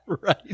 right